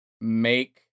make